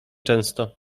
często